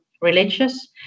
religious